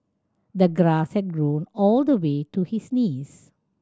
the grass had grown all the way to his knees